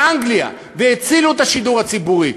באנגליה, והצילו את השידור הציבורי?